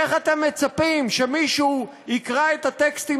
איך אתם מצפים שמישהו יקרא את הטקסטים